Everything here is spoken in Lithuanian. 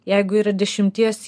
jeigu yra dešimties